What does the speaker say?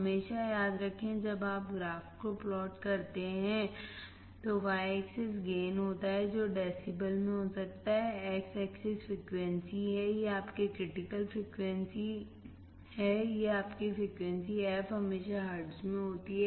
हमेशा याद रखें जब आप ग्राफ को प्लॉट करते हैं तो y एक्सिस गेन होता है जो डेसिबल में हो सकता है X एक्सिस फ्रीक्वेंसी है यह आपकी क्रिटिकल फ्रीक्वेंसी fc है यह आपकी फ्रिक्वेंसी f हमेशा हर्ट्ज में होती है